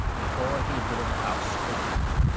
before he had been in the house a week.